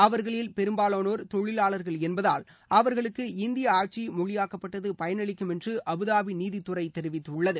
அவர்களின் பெரும்பாலோனோர் தொழிலாளர்கள் என்பதால் அவர்களுக்கு இந்திய ஆட்சி மொழியாக்கப்பட்டது பயனளிக்கும் என்று அபுதாபி நீதித்துறை தெரிவித்துள்ளது